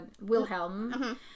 Wilhelm